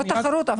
זה לא תחרות אבל